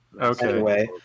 Okay